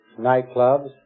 nightclubs